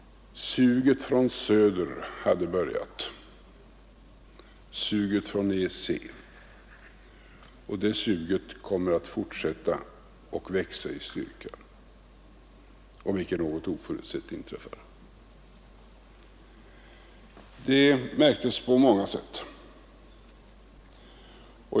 Suget från söder hade börjat, suget från EEC, och det suget kommer att fortsätta och växa i styrka, om icke något oförutsett inträffar. Detta märktes på många sätt.